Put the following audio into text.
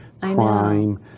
crime